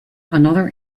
another